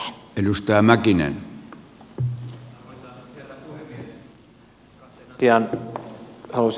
arvoisa herra puhemies